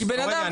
כי בנאדם,